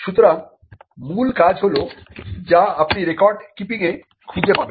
সুতরাং মূল কাজ হল যা আপনি রেকর্ড কিপিংয়ে খুঁজে পাবেন